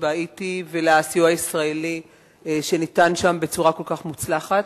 בהאיטי ולסיוע הישראלי שניתן שם בצורה כל כך מוצלחת.